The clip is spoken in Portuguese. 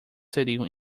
seriam